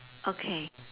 okay